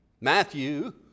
Matthew